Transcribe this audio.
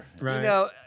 right